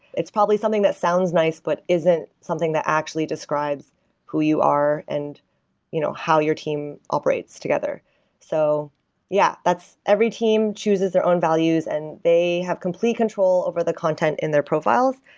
it's probably something that sounds nice, but isn't something that actually describes who you are and you know how your team operates together so yeah. every team chooses their own values and they have complete control over the content in their profiles.